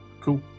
Cool